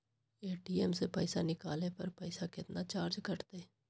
ATM से पईसा निकाले पर पईसा केतना चार्ज कटतई?